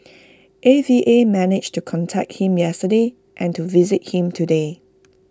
A V A managed to contact him yesterday and to visit him today